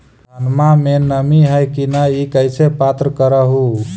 धनमा मे नमी है की न ई कैसे पात्र कर हू?